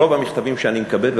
רוב המכתבים שאני מקבל,